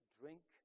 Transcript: drink